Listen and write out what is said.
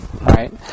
right